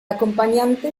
acompañante